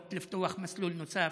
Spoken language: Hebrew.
והבטחות לפתוח מסלול נוסף.